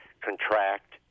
contract